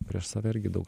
prieš save irgi daug